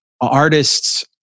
Artists